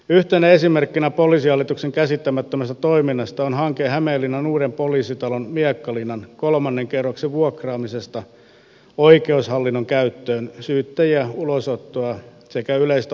yhtenä esimerkkinä poliisihallituksen käsittämättömästä toiminnasta on hanke hämeenlinnan uuden poliisitalon miekkalinnan kolmannen kerroksen vuokraamisesta oikeushallinnon käyttöön syyttäjiä ulosottoa sekä yleistä oikeusaputoimistoa varten